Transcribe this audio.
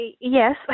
yes